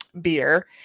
beer